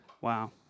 Wow